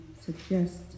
suggest